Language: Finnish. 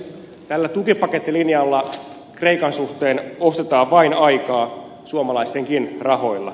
tällä tukipakettilinjalla kreikan suhteen ostetaan vain aikaa suomalaistenkin rahoilla